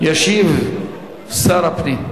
ישיב שר הפנים.